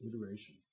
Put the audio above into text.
iteration